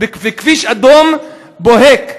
זה כביש אדום בוהק,